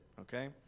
okay